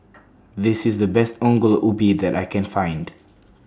This IS The Best Ongol Ubi that I Can Find